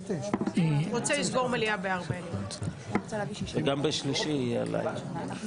אתה קבלן לעבודות גמורות של הממשלה, מה זה